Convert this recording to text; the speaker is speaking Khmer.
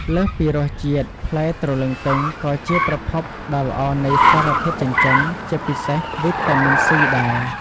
លើសពីរសជាតិ ផ្លែទ្រលឹងទឹងក៏ជាប្រភពដ៏ល្អនៃសារធាតុចិញ្ចឹម ជាពិសេស វីតាមីន ស៊ីដែរ។